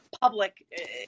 public